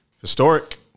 Historic